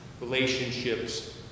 relationships